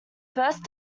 first